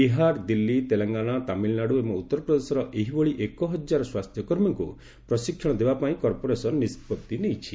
ବିହାର ଦିଲ୍ଲୀ ତେଲଙ୍ଗାନା ତାମିଲନାଡ଼ୁ ଏବଂ ଉତ୍ତରପ୍ରଦେଶର ଏହିଭଳି ଏକହଜାର ସ୍ୱାସ୍ଥ୍ୟକର୍ମୀଙ୍କୁ ପ୍ରଶିକ୍ଷଣ ଦେବା ପାଇଁ କର୍ପୋରେସନ ନିଷ୍ପଭି ନେଇଛି